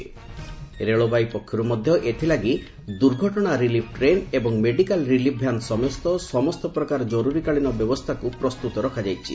ରେଳବାଇ ପକ୍ଷରୁ ମଧ୍ୟ ଏଥିଲାଗି ଦୁର୍ଘଟଣା ରିଲିଫ୍ ଟ୍ରେନ୍ ଏବଂ ମେଡିକାଲ୍ ରିଲିଫ୍ ଭ୍ୟାନ୍ ସମେତ ସମସ୍ତ ପ୍ରକାର ଜରୁରୀକାଳୀନ ବ୍ୟବସ୍ଥାକୁ ପ୍ରସ୍ତୁତ ରଖାଯାଇଛି